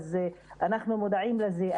אנחנו מודעים לזה,